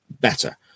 better